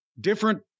different